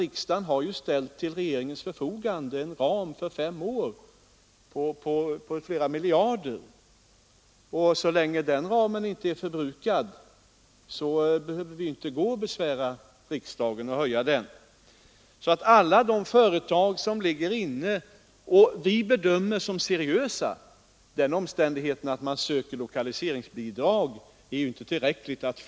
Riksdagen har ju till regeringens förfogande ställt en ram för fem år på flera miljarder kronor. Så länge de pengarna inte är förbrukade behöver vi inte besvära riksdagen med begäran att höja beloppet. Det är ju inte heller säkert att ett företag får lokaliseringsbidrag bara därför att det ansöker därom.